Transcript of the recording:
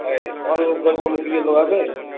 ହଏ ଭଲ୍ ଟିକେ ଲଗେଇବେ